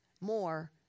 more